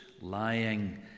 lying